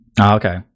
Okay